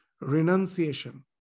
renunciation